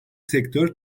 sektör